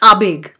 Abig